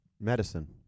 Medicine